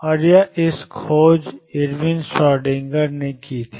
और यह खोज इरविन श्रोडिंगर ने की थी